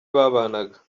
babanaga